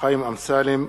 חיים אמסלם,